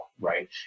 right